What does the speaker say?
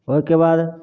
ओहिकेबाद